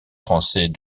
français